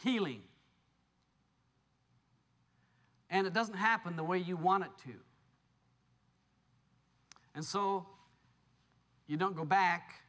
healing and it doesn't happen the way you want it to and so you don't go back